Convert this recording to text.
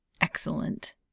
excellent